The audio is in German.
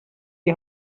die